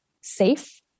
safe